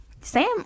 Sam